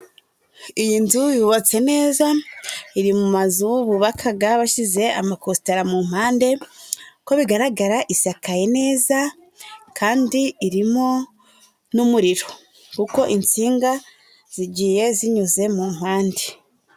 Iyi nzu yubatse neza, iri mu mazu bubakaga bashyize amakositara mu mpande, uko ubigaragara isakaye neza, kandi irimo n'umuriro kuko insinga zigiye zinyuze mu mpande.